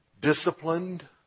disciplined